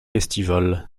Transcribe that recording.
estival